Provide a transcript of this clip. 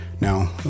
Now